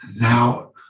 Now